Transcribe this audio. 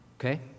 okay